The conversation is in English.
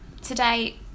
Today